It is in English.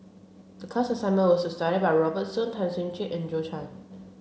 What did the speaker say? the class assignment was to study about Robert Soon Tan Chuan Jin and Zhou Can